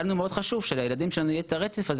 היה לנו מאוד חשוב שלילדים שלנו יהיה את הרצף הזה